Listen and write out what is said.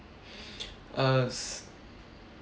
us